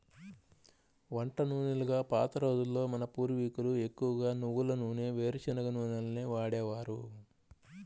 వంట నూనెలుగా పాత రోజుల్లో మన పూర్వీకులు ఎక్కువగా నువ్వుల నూనె, వేరుశనగ నూనెలనే వాడేవారు